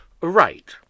Right